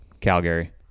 Calgary